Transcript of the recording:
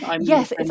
yes